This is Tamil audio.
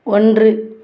ஒன்று